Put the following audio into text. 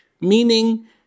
meaning